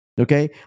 okay